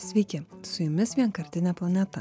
sveiki su jumis vienkartinė planeta